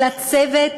אלא צוות,